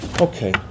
Okay